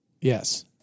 yes